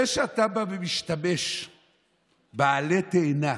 זה שאתה בא ומשתמש בעלה תאנה